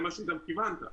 זה מה שכיוונת אליו.